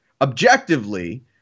Objectively